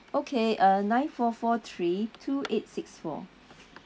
okay uh nine four four three two eight six four